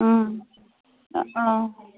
অঁ